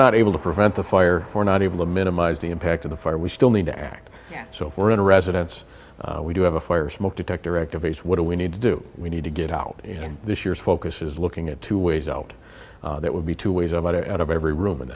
not able to prevent the fire or not able to minimize the impact of the fire we still need to act so if we're in a residence we do have a fire smoke detector activates what do we need to do we need to get out in this year's focus is looking at two ways out that would be two ways about it out of every room in